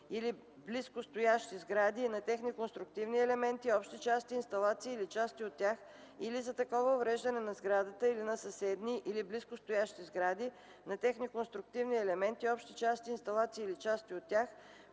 или близко стоящи сгради, на техни конструктивни елементи, общи части, инсталации или части от тях или за такова увреждане на сградата или на съседни или близко стоящи сгради, на техни конструктивни елементи, общи части, инсталации или части от тях,